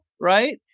Right